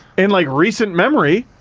in like recent memory,